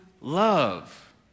love